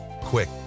quick